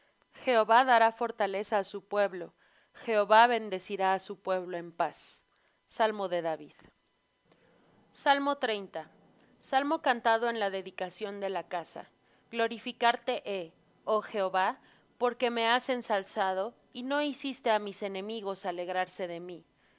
jehová dará fortaleza á su pueblo jehová bendecirá á su pueblo en paz salmo de david salmo cantado en la dedicación de la casa glorificarte he oh jehová porque me has ensalzado y no hiciste á mis enemigos alegrarse de mí